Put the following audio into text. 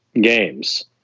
games